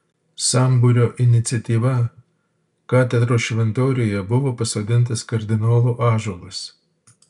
sambūrio iniciatyva katedros šventoriuje buvo pasodintas kardinolo ąžuolas